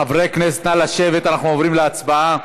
חברי הכנסת, נא לשבת, אנחנו עוברים להצבעה.